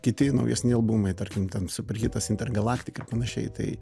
kiti naujesni albumai tarkim ten superhitas intergalaktika panašiai tai